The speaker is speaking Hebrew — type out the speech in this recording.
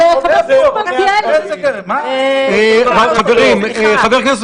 והקביעות שלהם מראות שהעתירות נדחו בגלל שהחוק